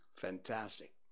fantastic